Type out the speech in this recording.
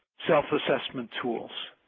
self-assessment tools.